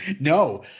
No